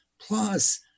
Plus